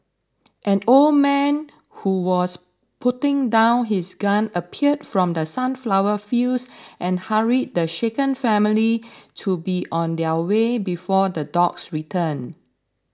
an old man who was putting down his gun appeared from the sunflower fields and hurried the shaken family to be on their way before the dogs return